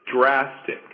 drastic